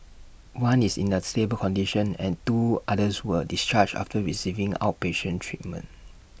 one is in A stable condition and two others were discharged after receiving outpatient treatment